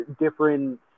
different